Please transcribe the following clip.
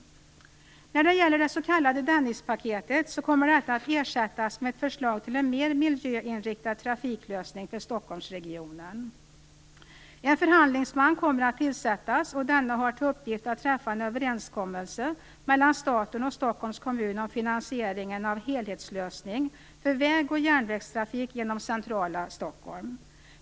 Det s.k. Dennispaket kommer att ersättas med ett förslag till en mer miljöinriktad trafiklösning för Stockholmsregionen. En förhandlingsman kommer att tillsättas och denne har till uppgift att träffa en överenskommelse mellan staten och Stockholms kommun om finansieringen av en helhetslösning för väg och järnvägstrafik genom centrala Stockholm.